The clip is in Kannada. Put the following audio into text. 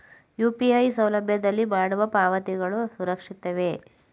ಯು.ಪಿ.ಐ ಸೌಲಭ್ಯದಲ್ಲಿ ಮಾಡುವ ಪಾವತಿಗಳು ಸುರಕ್ಷಿತವೇ?